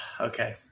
Okay